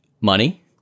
money